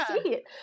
Sweet